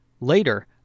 Later